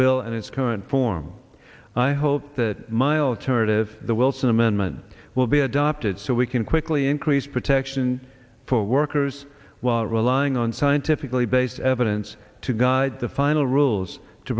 bill and its current form i hope that mild turret of the wilson amendment will be adopted so we can quickly increase protection for workers while relying on scientifically based evidence to guide the final rules to